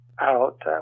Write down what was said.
out